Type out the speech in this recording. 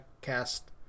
cast